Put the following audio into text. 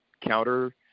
counter